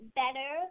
better